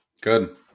good